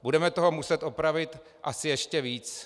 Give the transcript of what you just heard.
Budeme toho muset opravit asi ještě víc.